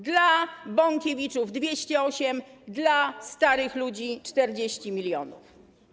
Dla Bąkiewiczów - 208, dla starych ludzi - 40 mln.